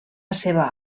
seva